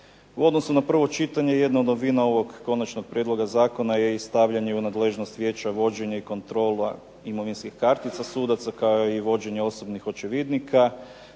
U odnosu na prvo čitanje jedna novina ovog konačnog prijedloga zakona je stavljanje u nadležnost vijeća vođenje i kontrola imovinskih kartica sudaca kao i vođenje osobnih očevidnika.